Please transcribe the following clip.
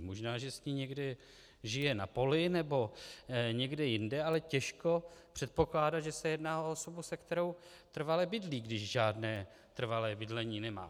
Možná že s ní někde žije na poli nebo někde jinde, ale těžko předpokládat, že se jedná o osobu, se kterou trvale bydlí, když žádné trvalé bydlení nemá.